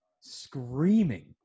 screaming